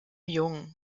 jungen